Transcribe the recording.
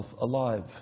alive